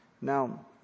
Now